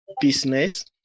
business